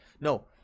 No